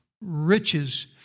riches